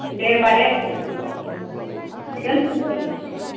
दे होमब्ला दे दोनथ'सै